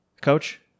Coach